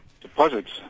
deposits